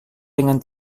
dengan